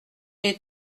est